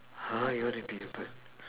!huh! you want to be a bird